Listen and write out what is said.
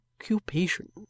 occupation